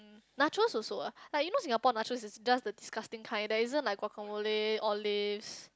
nachos also ah like you know Singapore nachos is just the disgusting kind there isn't like guacamole olives